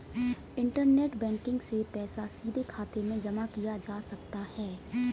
internet banking से पैसा सीधे खाते में जमा किया जा सकता है